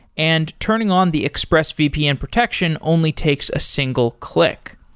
and turning on the expressvpn protection only takes a single click.